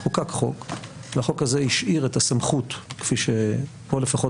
והחוק הזה השאיר את הסמכות כפי שפה לפחות